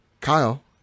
kyle